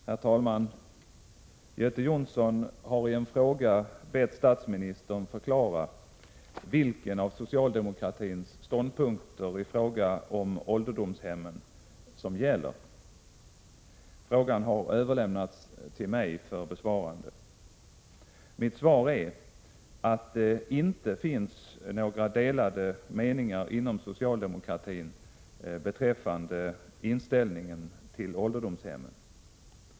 Herr talman! Göte Jonsson har i en fråga bett statsministern förklara vilken av socialdemokratins ståndpunker i fråga om ålderdomshemmen som gäller. Frågan har överlämnats till mig för besvarande. Mitt svar är att det inte finns några delade meningar inom socialdemokratin beträffande inställningen till ålderdomshemmen.